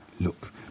Look